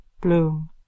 Bloom